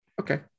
Okay